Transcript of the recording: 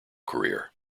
career